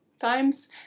times